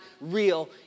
real